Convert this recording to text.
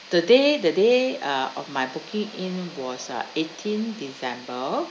the day the day uh of my booking in was uh eighteen december